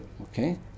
Okay